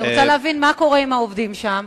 אני רוצה להבין מה קורה עם העובדים שם,